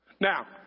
Now